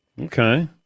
Okay